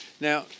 Now